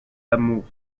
d’amour